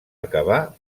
acabar